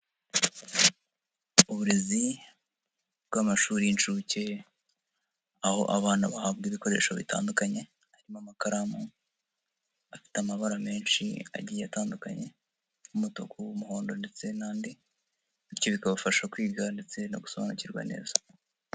Uburezi bw'amashuri y'inshuke, aho abana bahabwa ibikoresho bitandukanye, harimo amakaramu afite amabara menshi agiye atandukanye nk'umutuku, umuhondo ndetse n'andi bityo bikabafasha kwiga ndetse no gusobanukirwa neza.